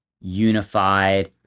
unified